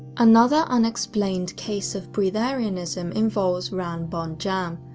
another unexplained case of breatharianism involves ram bomjon,